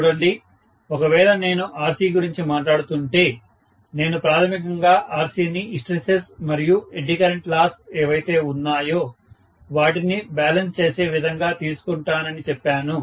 చూడండి ఒకవేళ నేను RC గురించి మాట్లాడుతుంటే నేను ప్రాథమికంగా RCని హిస్టెరిసిస్ మరియు ఎడ్డీ కరెంట్ లాస్ ఏవైతే ఉన్నాయో వాటిని బ్యాలెన్స్ చేసే విధంగా తీసుకుంటానని చెప్పాను